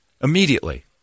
Immediately